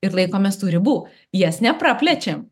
ir laikomės tų ribų jas nepraplečiam